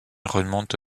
remonte